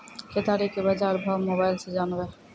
केताड़ी के बाजार भाव मोबाइल से जानवे?